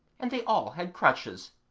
and they all had crutches.